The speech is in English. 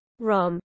rom